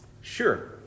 Sure